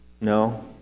No